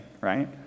right